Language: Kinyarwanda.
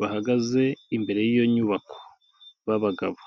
bahagaze imbere y'iyo nyubako b'abagabo.